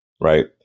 right